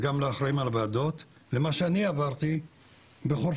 וגם לאחראים על הוועדות, למה שאני עברתי בחורפיש.